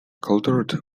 cultured